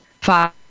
five